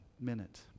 minute